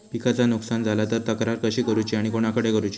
पिकाचा नुकसान झाला तर तक्रार कशी करूची आणि कोणाकडे करुची?